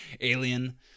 Alien